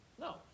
No